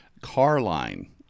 Carline